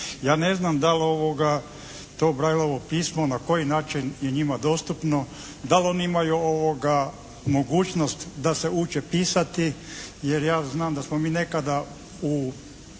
Ja ne znam da li to Braillovo pismo, na koji način je njima dostupno, da li oni imaju mogućnost da se uče pisati jer ja znam da smo mi nekada u